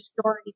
story